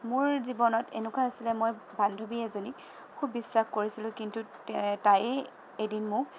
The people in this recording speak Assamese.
মোৰ জীৱনত এনেকুৱা হৈছিলে মোৰ বান্ধৱী এজনীক খুব বিশ্বাস কৰিছিলোঁ কিন্তু তায়ে এদিন মোক